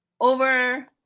over